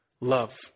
love